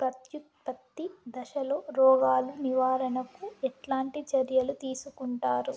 ప్రత్యుత్పత్తి దశలో రోగాలు నివారణకు ఎట్లాంటి చర్యలు తీసుకుంటారు?